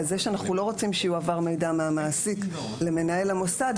וזה שאנחנו לא רוצים שיועבר מידע מהמעסיק למנהל המוסד,